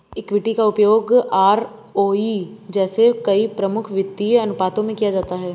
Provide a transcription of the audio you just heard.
equity का उपयोग ROE जैसे कई प्रमुख वित्तीय अनुपातों में किया जाता है